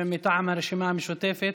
מטעם הרשימה המשותפת,